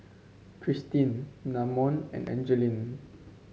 Christene Namon and Angeline